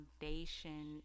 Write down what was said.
foundation